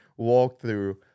walkthrough